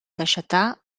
deixatar